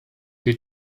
who